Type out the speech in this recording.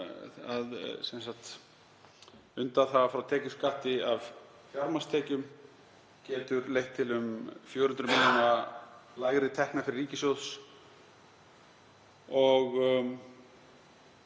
að undanþága frá tekjuskatti af fjármagnstekjum geti leitt til um 400 millj. kr. lægri tekna fyrir ríkissjóð.